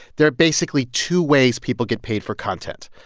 there are basically two ways people get paid for content.